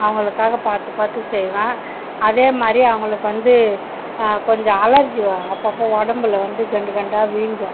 அவங்களுக்காக பார்த்து பார்த்து செய்வேன் அதே மாதிரி அவங்களுக்கு வந்து கொஞ்சம் அலர்ஜி வரும் அப்போ அப்போ உடம்புல வந்து கண்டு கண்டாக வீங்கும்